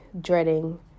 dreading